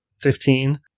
fifteen